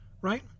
right